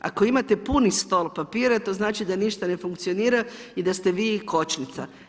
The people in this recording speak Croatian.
Ako imate puni stol papira to znači da ništa ne funkcionira i da ste vi kočnica.